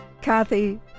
Kathy